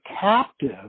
captive